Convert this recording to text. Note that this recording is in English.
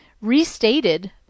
Restated